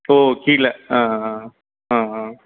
so கீழே